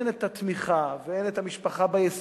אם אין את התמיכה ואין את המשפחה ביסוד,